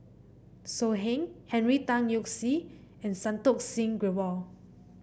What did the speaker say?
So Heng Henry Tan Yoke See and Santokh Singh Grewal